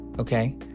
Okay